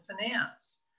finance